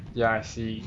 ya I see